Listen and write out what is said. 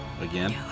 again